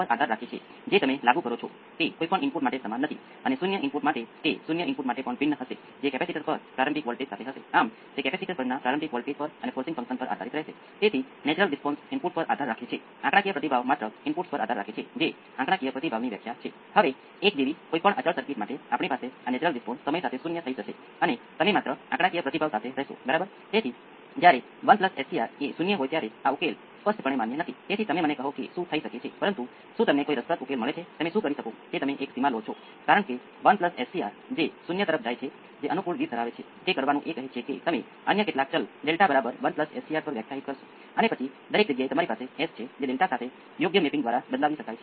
હવે બીજો ભાગ તમે જોઈ શકો છો કે આપણી પાસે A 1 × exponential j p i t છે તે કેટલીક જટિલ સંખ્યા છે બીજો ભાગ A 1 સંયોજક × exponential minus j p i t પણ એક જટિલ સંખ્યા છે અને તે પ્રથમ ભાગનો જટિલ જોડાણ છે